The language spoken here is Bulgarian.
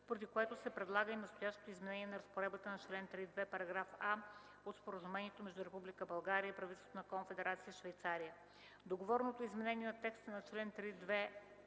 поради което се предлага и настоящото изменение на разпоредбата на чл. 3.2, параграф „а” от Споразумението между Република България и правителството на Конфедерация Швейцария. Договореното изменение на текста на чл. 3.2,